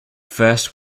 first